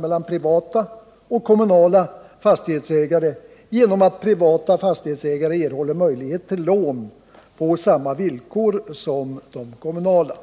mellan privata och kommunala fastighetsägare genom att privata fastighetsägare erhåller möjlighet till lån på samma villkor som de kommunala.